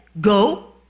go